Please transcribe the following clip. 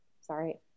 Sorry